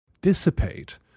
dissipate